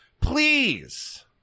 please